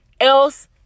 else